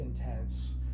intense